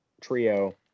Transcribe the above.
trio